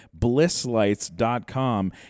BlissLights.com